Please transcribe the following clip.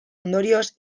ondorioz